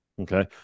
Okay